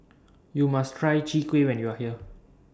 YOU must Try Chwee Kueh when YOU Are here